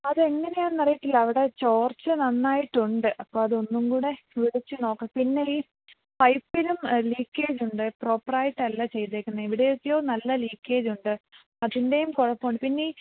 അതെങ്ങനെയാന്ന് അറിയത്തില്ല അവിടെ ചോർച്ച നന്നായിട്ടുണ്ട് അപ്പോൾ അതൊന്നും കൂടെ വിളിച്ചു നോക്കാം പിന്നെ ഈ പൈപ്പിനും ലീക്കേജുണ്ട് പ്രോപ്പറായിട്ടല്ല ചെയ്തേക്കുന്നത് എവിടെയൊക്കെയോ നല്ല ലീക്കേജുണ്ട് അതിൻറ്റേയും കുഴപ്പമുണ്ട് പിന്നെയീ